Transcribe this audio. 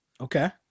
okay